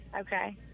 Okay